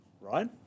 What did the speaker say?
right